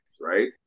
right